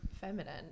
feminine